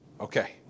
Okay